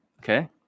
okay